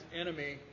enemy